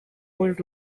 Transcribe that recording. old